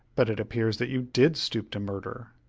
but it appears that you did stoop to murder.